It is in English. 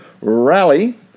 rally